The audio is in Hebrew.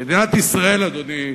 מדינת ישראל, אדוני,